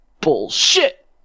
Bullshit